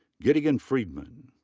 gideon friedmann.